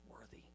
worthy